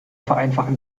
vereinfachten